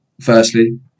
firstly